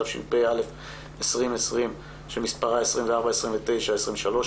התשפ"א-2020 (פ/2429/23),